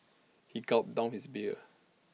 he gulped down his beer